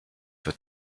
für